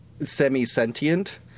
semi-sentient